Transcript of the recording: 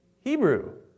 Hebrew